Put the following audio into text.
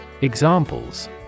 Examples